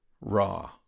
raw